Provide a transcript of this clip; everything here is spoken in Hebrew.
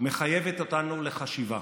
מחייבת אותנו לחשיבה